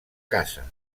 casa